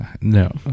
No